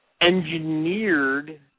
engineered